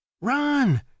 run